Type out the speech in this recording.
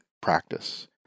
practice